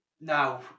Now